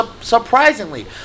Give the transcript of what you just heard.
surprisingly